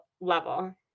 level